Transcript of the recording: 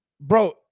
bro